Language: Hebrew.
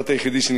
השר כחלון,